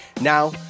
Now